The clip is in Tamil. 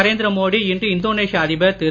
நரேந்திர மோடி இன்று இந்தோனேஷிய அதிபர் திரு